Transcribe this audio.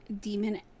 demon